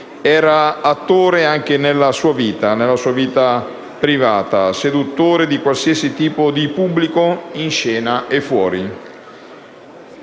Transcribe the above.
Era attore anche nella sua vita privata, seduttore di qualsiasi tipo di pubblico, in scena e fuori.